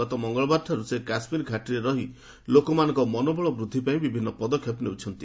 ଗତ ମଙ୍ଗଳବାରଠାରୁ ସେ କାଶ୍ମୀରଘାଟିରେ ରହି ଲୋକମାନଙ୍କ ମନୋବଳ ବୃଦ୍ଧି ପାଇଁ ବିଭିନ୍ନ ପଦକ୍ଷେପ ନେଉଛନ୍ତି